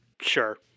Sure